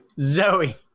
Zoe